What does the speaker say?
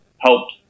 helped